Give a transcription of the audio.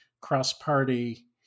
cross-party